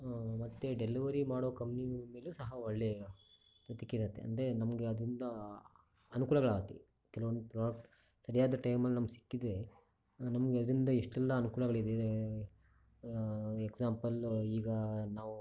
ಮತ್ತೆ ಡೆಲಿವರಿ ಮಾಡೋ ಕಂಪ್ನಿಗಳ ಮೇಲೂ ಸಹ ಒಳ್ಳೆಯ ಪ್ರತಿಕ್ರಿಯೆ ಇರುತ್ತೆ ಅಂದರೆ ನಮಗೆ ಅದರಿಂದ ಅನುಕೂಲಗಳಾಗುತ್ತೆ ಕೆಲವೊಂದು ಪ್ರಾಡಕ್ಟ್ ಸರಿಯಾದ ಟೈಮಲ್ಲಿ ನಮ್ಗೆ ಸಿಕ್ಕಿದರೆ ನಮಗೆ ಅದರಿಂದ ಎಷ್ಟೆಲ್ಲ ಅನುಕೂಲಗಳಿದೆ ಎಕ್ಸಾಮ್ಪಲ್ಲು ಈಗ ನಾವು ಒಂದು